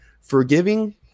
Forgiving